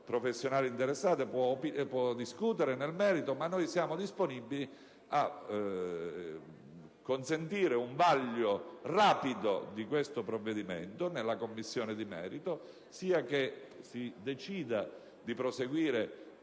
noi può discutere, ma noi siamo disponibili a consentire un vaglio rapido di questo provvedimento nella Commissione di merito, sia che si decida di proseguire